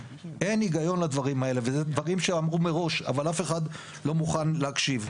אין הגיון לדברים האלה וזה דברים שאמרו מראש אבל אף אחד לא מוכן להקשיב.